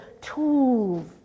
tools